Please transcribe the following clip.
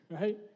right